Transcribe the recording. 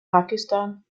pakistan